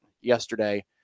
yesterday